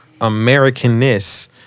Americanness